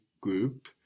group